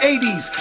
80s